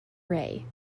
rae